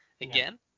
again